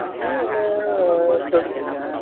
ᱤᱧᱟᱹᱜ ᱚᱱᱮ ᱪᱚᱞᱞᱤᱥ